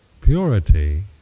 purity